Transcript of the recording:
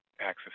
access